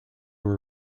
were